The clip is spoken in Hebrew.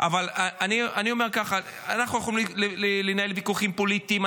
אבל אני אומר ככה: אנחנו יכולים לנהל ויכוחים פוליטיים,